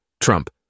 Trump